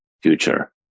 future